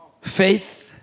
Faith